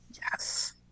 Yes